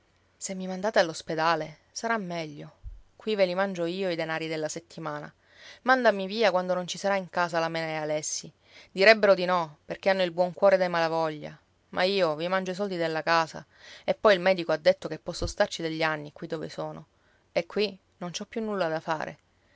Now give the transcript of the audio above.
se mi mandate all'ospedale sarà meglio qui ve li mangio io i denari della settimana mandami via quando non ci sarà in casa la mena e alessi direbbero di no perché hanno il buon cuore dei malavoglia ma io vi mangio i soldi della casa e poi il medico ha detto che posso starci degli anni qui dove sono e qui non ci ho più nulla da fare